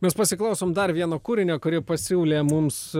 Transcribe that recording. mes pasiklausom dar vieno kūrinio kurį pasiūlė mums